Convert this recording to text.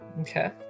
Okay